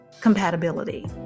compatibility